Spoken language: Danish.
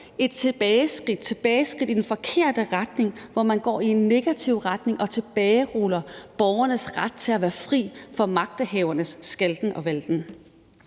et skridt i den forkerte retning, hvor man går i en negativ retning og tilbageruller borgernes ret til at være fri for magthavernes skalten og valten.